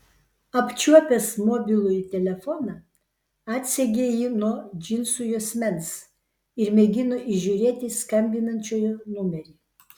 apčiuopęs mobilųjį telefoną atsegė jį nuo džinsų juosmens ir mėgino įžiūrėti skambinančiojo numerį